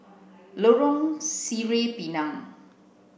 Lorong Sireh Pinang